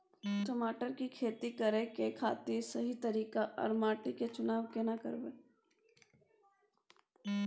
टमाटर की खेती करै के खातिर सही तरीका आर माटी के चुनाव केना करबै?